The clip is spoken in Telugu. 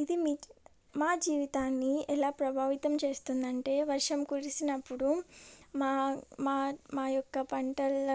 ఇది మీ మా జీవితాన్ని ఎలా ప్రభావితం చేస్తుందంటే వర్షం కురిసినప్పుడు మా మా మా యొక్క పంటల్ల